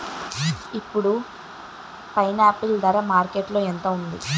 ఇప్పుడు పైనాపిల్ ధర మార్కెట్లో ఎంత ఉంది?